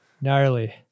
gnarly